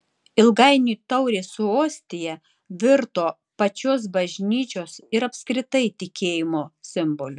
ilgainiui taurė su ostija virto pačios bažnyčios ir apskritai tikėjimo simboliu